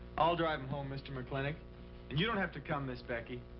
i'll drive him home, mr. mclintock, and you don't have to come, miss becky.